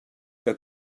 que